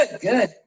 Good